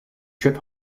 trip